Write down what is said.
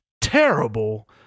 terrible